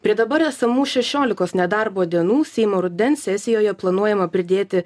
prie dabar esamų šešiolika nedarbo dienų seimo rudens sesijoje planuojama pridėti